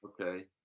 Okay